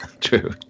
True